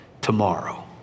tomorrow